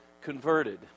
converted